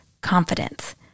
confidence